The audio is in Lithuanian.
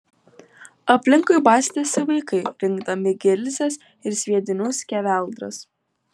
aplinkui bastėsi vaikai rinkdami gilzes ir sviedinių skeveldras